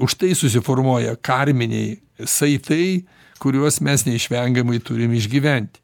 užtai susiformuoja karminiai saitai kuriuos mes neišvengiamai turim išgyventi